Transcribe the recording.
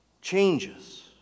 changes